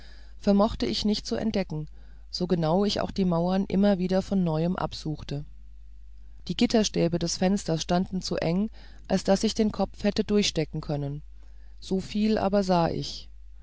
vermochte ich nicht zu entdecken so genau ich auch die mauern immer wieder von neuem absuchte die gitterstäbe des fensters standen zu eng als daß ich den kopf hätte durchstecken können so viel aber sah ich